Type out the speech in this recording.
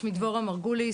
שמי דבורה מרגוליס,